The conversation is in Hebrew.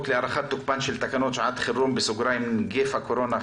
להארכת תוקפן של תקנות שעת חירום (נגיף הקורונה החדש,